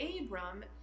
Abram